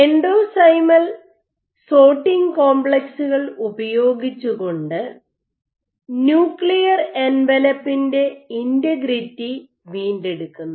endosomal sorting കോംപ്ലക്സുകൾ ഉപയോഗിച്ചുകൊണ്ട് nuclear എൻവലപ്പിൻ്റെ ഇന്റഗ്രിറ്റി വീണ്ടെടുക്കുന്നു